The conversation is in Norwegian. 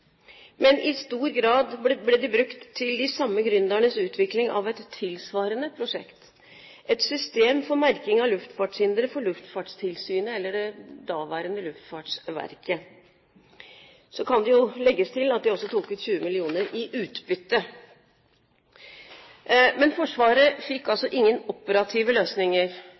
men i stor grad ble de brukt til de samme gründernes utvikling av et tilsvarende prosjekt, et system for merking av luftfartshindre for Luftfartstilsynet, eller det daværende Luftfartsverket. Så kan det legges til at de tok ut 20 mill. kr i utbytte. Men Forsvaret fikk altså ingen operative løsninger